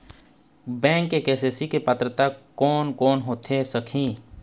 Bank से KCC के पात्रता कोन कौन होथे सकही?